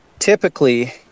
Typically